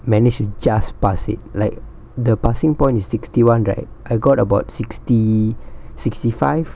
manage to just pass it like the passing point is sixty one right I got about sixty sixty five